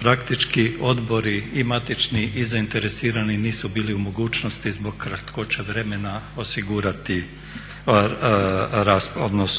Praktički odbori i matični i zainteresirani nisu bili u mogućnosti zbog kratkoće vremena